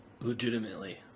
Legitimately